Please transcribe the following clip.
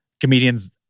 comedians